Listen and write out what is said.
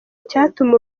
icyatuma